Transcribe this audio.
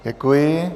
Děkuji.